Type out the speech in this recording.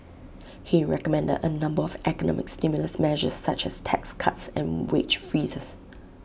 he recommended A number of economic stimulus measures such as tax cuts and wage freezes